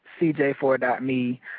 cj4.me